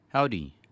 Howdy